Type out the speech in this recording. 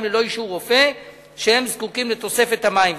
ללא אישור רופא שהם זקוקים לתוספת המים.